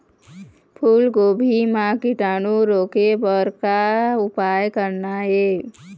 फूलगोभी म कीटाणु रोके बर का उपाय करना ये?